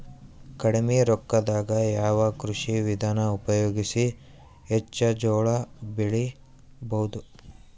ಕಡಿಮಿ ರೊಕ್ಕದಾಗ ಯಾವ ಕೃಷಿ ವಿಧಾನ ಉಪಯೋಗಿಸಿ ಹೆಚ್ಚ ಜೋಳ ಬೆಳಿ ಬಹುದ?